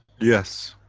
yes.